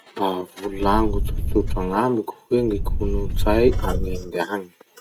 Mba volagno tsotsotra gn'amiko hoe gny kolotsay an'Inde agny?